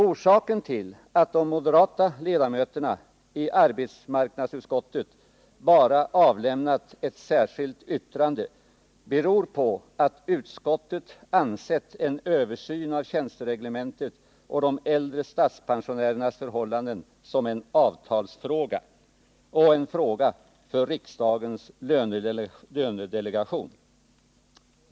Orsaken till att de moderata ledamöterna i arbetsmarknadsutskottet bara har avlämnat ett särskilt yttrande är att utskottet ansett en översyn av tjänstereglementet och de äldre statspensionärernas förhållanden vara en avtalsfråga och en fråga för riksdagens lönedelegation.